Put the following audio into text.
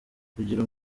kugira